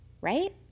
Right